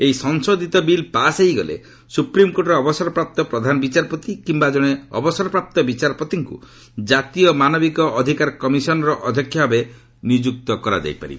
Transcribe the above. ଏହି ସଂଶୋଧିତ bill pass ହୋଇଗଲେ ସୁପ୍ରିମ୍କୋର୍ଟ୍ର ଅବସରପ୍ରାପ୍ତ ପ୍ରଧାନ ବିଚାରପତି କିିୟା ଜଣେ ଅବସରପ୍ରାପ୍ତ ବିଚାରପତିଙ୍କୁ ଜାତୀୟ ମାନବିକ ଅଧିକାର କମିଶନ୍ର ଅଧ୍ୟକ୍ଷ ଭାବେ ନିଯୁକ୍ତ କରାଯାଇ ପାରିବ